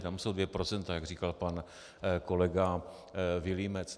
Tam jsou 2 %, jak říkal pan kolega Vilímec.